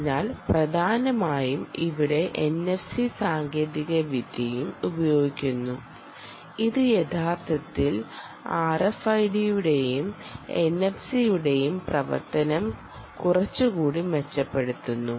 അതിനാൽ പ്രധാനമായും ഇവിടെ NFC സാങ്കേതികവിദ്യയും ഉപയോഗിക്കുന്നു ഇത് യഥാർത്ഥത്തിൽ ആർഎഫ്ഐഡിയുടെയും എൻഎഫ്സിയുടെയും പ്രവർത്തനം കുറച്ചുകൂടി മെച്ചപ്പെടുത്തുന്നു